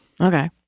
Okay